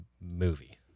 movie